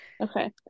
Okay